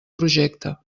projecte